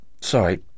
Sorry